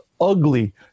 ugly